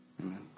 Amen